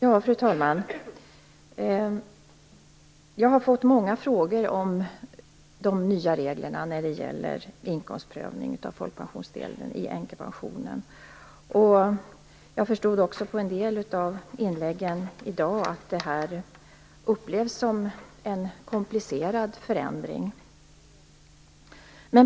Fru talman! Jag har fått många frågor om de nya reglerna för inkomstprövning av folkpensionsdelen i änkepensionen. Jag förstod också av en del av inläggen i debatten i dag att det upplevs som en komplicerad förändring.